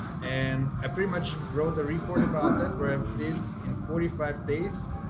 and i pretty much wrote a report about that where i did in forty five days,